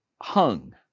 hung